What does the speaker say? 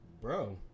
bro